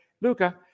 Luca